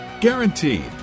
Guaranteed